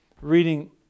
reading